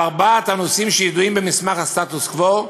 על ארבעת הנושאים שידועים כמסמך הסטטוס-קוו,